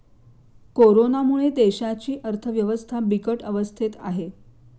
कोरोनामुळे देशाची अर्थव्यवस्था बिकट अवस्थेत आहे